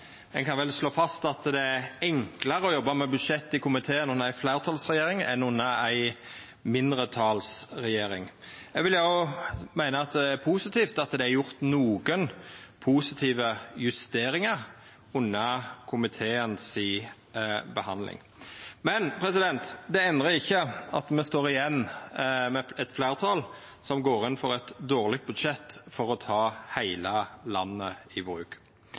jobba med budsjett i komiteen under ei fleirtalsregjering enn under ei mindretalsregjering. Eg vil òg meina det er positivt at det er gjort nokre justeringar under behandlinga i komiteen. Det endrar likevel ikkje at me står igjen med eit fleirtal som går inn for eit dårleg budsjett for å ta heile landet i bruk.